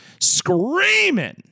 screaming